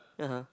(uh huh)